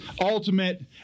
ultimate